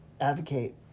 advocate